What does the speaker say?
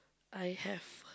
I have